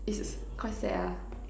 it's quite sad ah